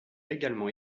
également